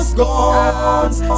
guns